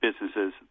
businesses